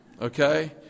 Okay